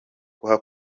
gusa